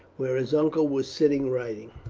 where his uncle was sitting writing.